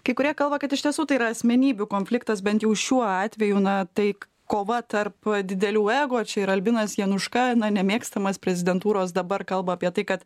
kai kurie kalba kad iš tiesų tai yra asmenybių konfliktas bent jau šiuo atveju na taik kova tarp didelių ego čia yra ir albinas januška nemėgstamas prezidentūros dabar kalba apie tai kad